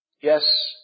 Yes